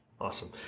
awesome